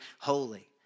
holy